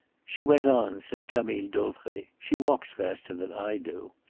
she went on, said camille dauvray. she walks faster than i do.